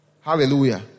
Hallelujah